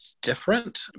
different